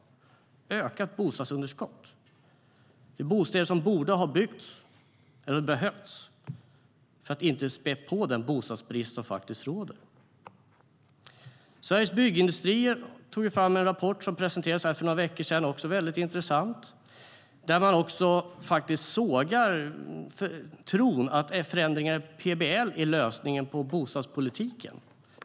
Det är bostäder som hade behövts och borde ha byggts för att den bostadsbrist som finns inte skulle spädas på. Sveriges Byggindustrier har tagit fram en intressant rapport som presenterades för några veckor sedan, där man faktiskt sågar tron på att förändringar i PBL är lösningen på problemen i bostadspolitiken.